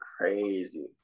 crazy